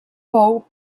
fou